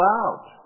out